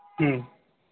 হুম